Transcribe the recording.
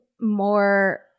more